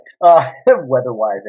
Weather-wise